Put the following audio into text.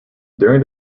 during